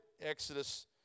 Exodus